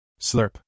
Slurp